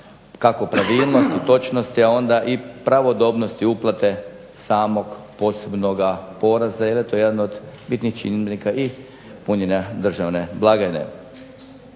kako pravilnosti, točnosti, a onda i pravodobnosti uplate samog posebnoga poreza jer je to jedan od bitnih čimbenika i punjenja državne blagajne.